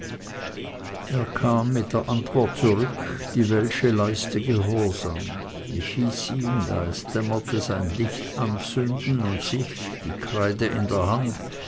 er kam mit der antwort zurück die welsche leiste gehorsam ich hieß ihn da es dämmerte sein licht anzünden und sich die kreide in der hand